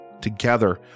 Together